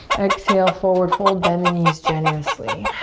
exhale forward. fold, bend the knees generously.